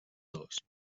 dos